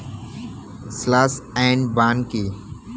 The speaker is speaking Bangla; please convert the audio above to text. স্লাস এন্ড বার্ন কি?